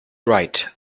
right